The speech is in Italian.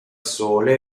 sole